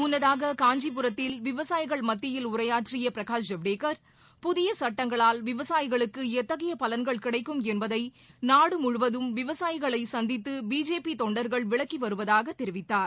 முன்னதாக காஞ்சிபுரத்தில் விவசாயிகள் மத்தியில் உரையாற்றிய பிரகாஷ் ஜவ்டேகர் புதிய சுட்டங்களால் விவசாயிகளுக்கு எத்தகைய பலன்கள் கிடைக்கும் என்பதை நாடுமுழுவதும் விவசாயிகளை சந்தித்து பிஜேபி தொண்டர்கள் விளக்கி வருவதாக தெரிவித்தார்